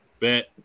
Bet